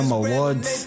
awards